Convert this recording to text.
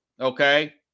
Okay